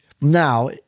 Now